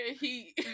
heat